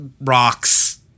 rocks